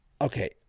okay